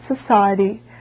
society